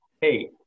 Hey